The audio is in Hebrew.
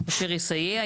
אשר יסייע,